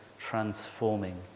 transforming